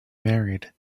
married